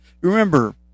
remember